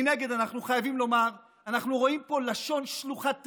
מנגד אנחנו חייבים לומר: אנחנו רואים פה לשון שלוחת רסן.